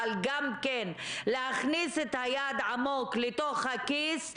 אבל גם להכניס את היד עמוק לתוך הכיס.